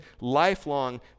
lifelong